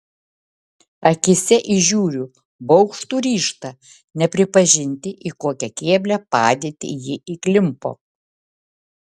akyse įžiūriu baugštų ryžtą nepripažinti į kokią keblią padėtį ji įklimpo